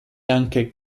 anche